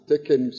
Taken